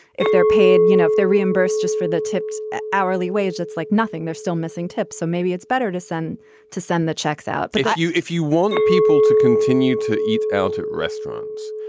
if they're paid, you know, if they're reimbursed just for the tipped hourly wage, it's like nothing. they're still missing tips. so maybe it's better to send to send the checks out but if but you if you want people to continue to eat out at restaurants,